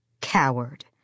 coward